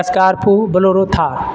scorpio bolero Thar